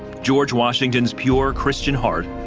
george washington's pure christian heart,